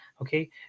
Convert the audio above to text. okay